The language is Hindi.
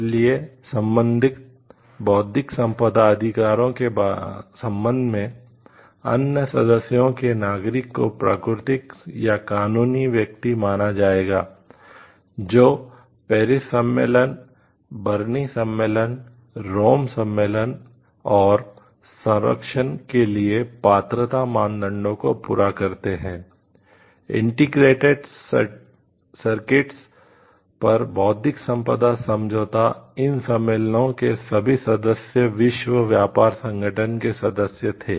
इसलिए संबंधित बौद्धिक संपदा अधिकारों के संबंध में अन्य सदस्यों के नागरिकों को प्राकृतिक या कानूनी व्यक्ति माना जाएगा जो पेरिस पर बौद्धिक संपदा समझौता इन सम्मेलनों के सभी सदस्य विश्व व्यापार संगठन के सदस्य थे